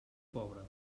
pobre